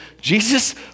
Jesus